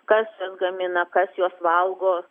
kas juos gamina kas juos valgo